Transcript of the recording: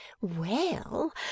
Well